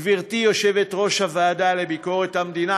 גברתי יושבת-ראש הוועדה לביקורת המדינה,